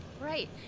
Right